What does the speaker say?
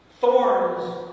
Thorns